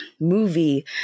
movie